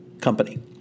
company